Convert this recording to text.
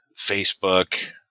Facebook